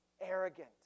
arrogant